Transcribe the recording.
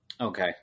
Okay